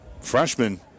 Freshman